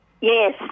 Yes